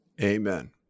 Amen